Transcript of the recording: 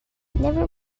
never